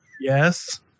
Yes